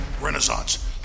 renaissance